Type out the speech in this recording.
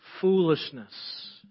foolishness